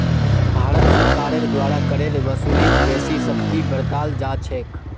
भारत सरकारेर द्वारा करेर वसूलीत बेसी सख्ती बरताल जा छेक